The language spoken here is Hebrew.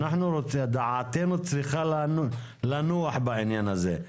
דעתנו צריכה לנוח בעניין הזה.